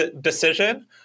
decision